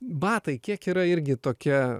batai kiek yra irgi tokia